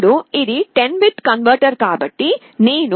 ఇప్పుడు ఇది 10 bit converter కాబట్టి నేను 3